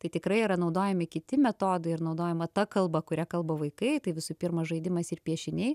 tai tikrai yra naudojami kiti metodai ir naudojama ta kalba kuria kalba vaikai tai visų pirma žaidimas ir piešiniai